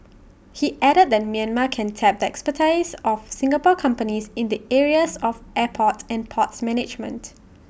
he added that Myanmar can tap the expertise of Singapore companies in the areas of airport and port management